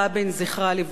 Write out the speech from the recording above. ושאלתי אותה,